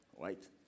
Right